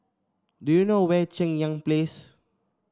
do you know where Cheng Yan Place